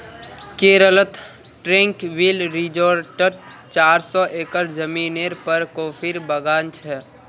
केरलत ट्रैंक्विल रिज़ॉर्टत चार सौ एकड़ ज़मीनेर पर कॉफीर बागान छ